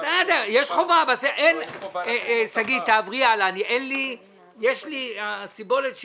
שגית, תעברי הלאה, הסיבולת שלי,